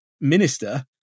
minister